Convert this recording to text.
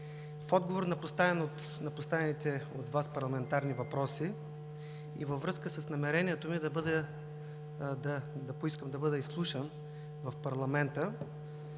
В отговор на поставените от Вас парламентарни въпроси и във връзка с искането ми да бъда изслушан в парламента